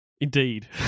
Indeed